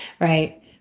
right